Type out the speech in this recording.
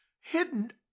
hidden